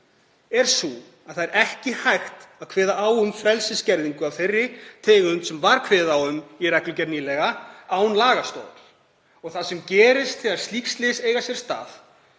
er sú að ekki er hægt að kveða á um frelsisskerðingu af þeirri tegund sem var kveðið á um í reglugerð nýlega án lagastoðar. Það sem gerist þegar slík slys eiga sér stað